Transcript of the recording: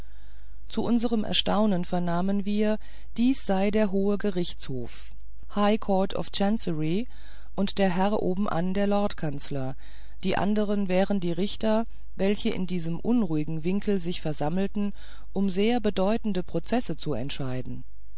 zu unserem erstaunen vernahmen wir dies sei der hohe gerichtshof high court of chancery und der herr obenan der lordkanzler die anderen wären die richter welche in diesem unruhigen winkel sich versammelten um sehr bedeutende prozesse zu entscheiden